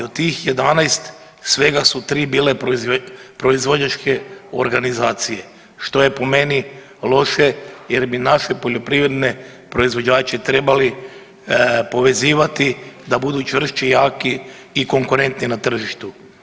Od tih 11 svega su tri bile proizvođačke organizacije, što je po meni loše jer bi naše poljoprivredne proizvođače trebali povezivati da budu čvršći, jaki i konkurentni na tržištu.